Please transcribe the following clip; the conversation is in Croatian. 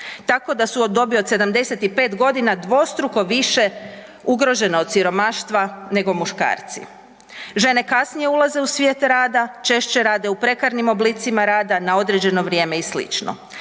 tako da su u dobi od 75.g. dvostruko više ugrožene od siromaštva nego muškarci. Žene kasnije ulaze u svijet rada, češće rade u prekarnim oblicima rada na određeno vrijeme i